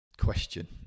question